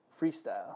Freestyle